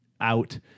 out